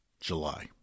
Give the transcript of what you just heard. July